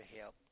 help